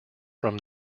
from